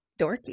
dorky